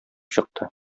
чыкты